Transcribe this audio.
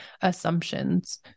assumptions